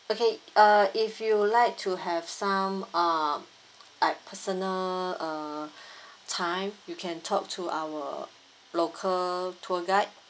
okay uh if you'd like to have some um like personal uh time you can talk to our local tour guide